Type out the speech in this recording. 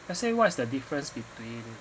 let's say what is the difference between